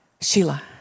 Sheila